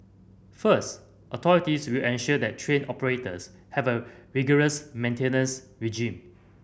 first authorities will ensure that train operators have a rigorous maintenance regime